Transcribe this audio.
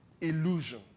illusion